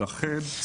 לכן,